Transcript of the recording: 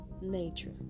nature